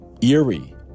eerie